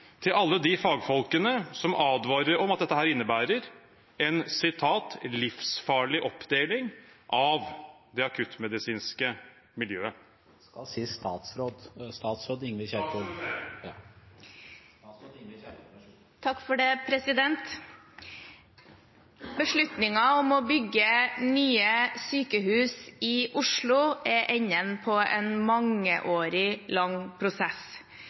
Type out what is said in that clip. til alle de fagfolkene som advarer om at dette innebærer en «livsfarlig oppdeling» av det akuttmedisinske miljøet? Representanten skal si statsråd Kjerkol. Beslutningen om å bygge nye sykehus i Oslo er enden på en mangeårig, lang prosess.